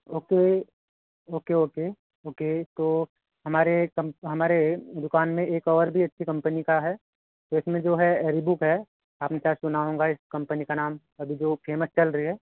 okay okay okay okay तो हमारे कम हमारे दुकान में एक और भी अच्छी कंपनी का है जिसमें जो है रीबॉक है आपने शायद सुना होगा इस कंपनी का नाम अभी जो फ़ेमस चल रही है